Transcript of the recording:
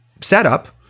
setup